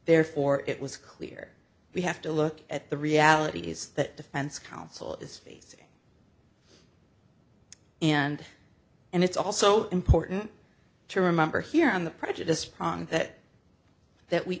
therefore it was clear we have to look at the reality is that defense counsel is facing and and it's also important to remember here on the prejudice pronk that that we